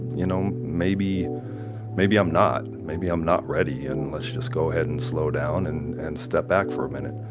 you know maybe maybe i'm not. maybe i'm not ready. and let's just go ahead and slow down and and step back for a minute.